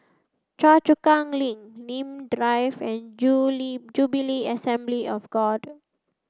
Choa Chu Kang Link Nim Drive and Jubilee Assembly of God